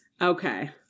Okay